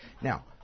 Now